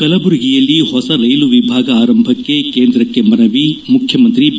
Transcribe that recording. ಕಲಬುರಗಿಯಲ್ಲಿ ಹೊಸ ರೈಲು ವಿಭಾಗ ಆರಂಭಕ್ಕೆ ಕೇಂದ್ರಕ್ಕೆ ಮನವಿ ಮುಖ್ಯಮಂತ್ರಿ ಬಿ